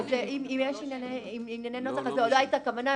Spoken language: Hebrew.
אם יש ענייני נוסח זאת לא הייתה הכוונה.